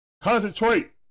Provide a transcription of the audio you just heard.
Concentrate